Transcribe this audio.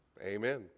Amen